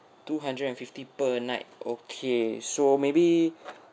two hundred and fifty per night okay so maybe